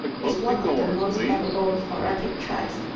is one of the most lovable thoracic traits.